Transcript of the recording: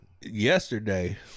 Yesterday